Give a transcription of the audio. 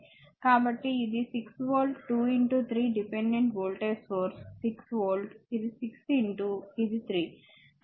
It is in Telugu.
కాబట్టి ఇది 6 volt 2 3 dependent voltage source 6 volt ఇది 6 ఇది 3